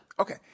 Okay